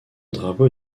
drapeau